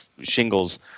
shingles